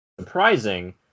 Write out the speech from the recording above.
Surprising